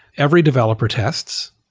every developer tests,